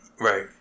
Right